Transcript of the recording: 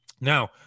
now